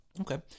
Okay